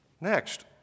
Next